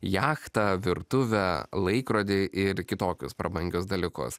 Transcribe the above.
jachtą virtuvę laikrodį ir kitokius prabangius dalykus